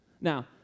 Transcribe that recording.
Now